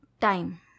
Time